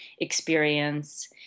experience